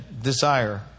Desire